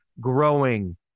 growing